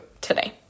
today